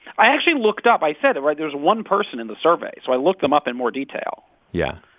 i actually looked up i said right? there's one person in the survey, so i looked them up in more detail yeah